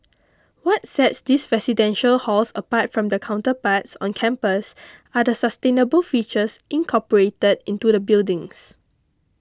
what sets these residential halls apart from their counterparts on campus are the sustainable features incorporated into the buildings